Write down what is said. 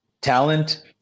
talent